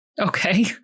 Okay